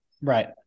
Right